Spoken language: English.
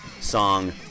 song